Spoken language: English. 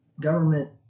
Government